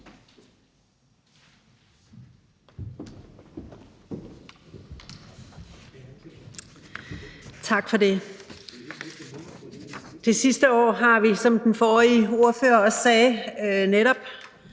Tak for det. Det sidste år har vi, som den forrige ordfører også sagde, netop